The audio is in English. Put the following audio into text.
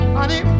Honey